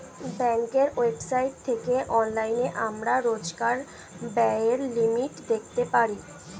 ব্যাঙ্কের ওয়েবসাইট থেকে অনলাইনে আমরা রোজকার ব্যায়ের লিমিট দেখতে পারি